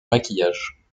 maquillage